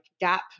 gap